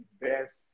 best